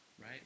right